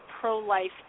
pro-life